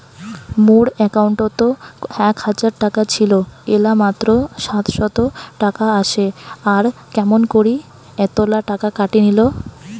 মোর একাউন্টত এক হাজার টাকা ছিল এলা মাত্র সাতশত টাকা আসে আর কেমন করি এতলা টাকা কাটি নিল?